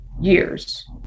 years